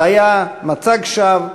זה היה מצג שווא,